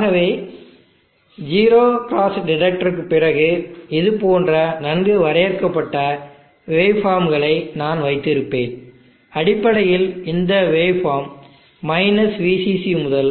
ஆகவே zero cross டிடெக்டருக்குப் பிறகு இது போன்ற நன்கு வரையறுக்கப்பட்ட வேவ் ஃபார்ம்களை நான் வைத்திருப்பேன் அடிப்படையில் இந்த வேவ் ஃபார்ம் -VCC முதல்